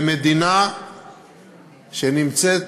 במדינה שנמצאת